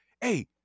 hey